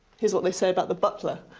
here's what they say about the butler.